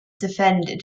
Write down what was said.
defended